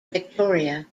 victoria